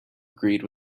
agreed